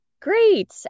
Great